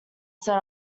set